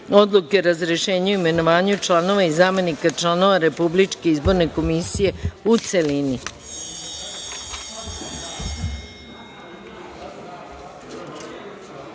Odluke o razrešenju i imenovanju članova i zamenika članova Republičke izborne komisije, u